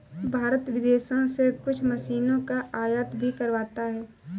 भारत विदेशों से कुछ मशीनों का आयात भी करवाता हैं